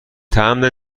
تمبر